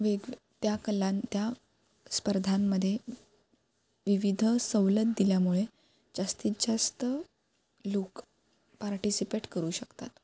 वेग त्या कला त्या स्पर्धांमध्ये विविध सवलत दिल्यामुळे जास्तीत जास्त लोक पार्टिसिपेट करू शकतात